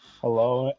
Hello